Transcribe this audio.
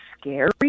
scary